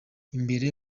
imbere